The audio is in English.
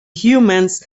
humans